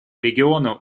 региону